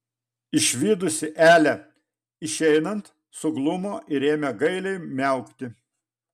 išvydusi elę išeinant suglumo ir ėmė gailiai miaukti